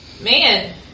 Man